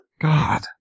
God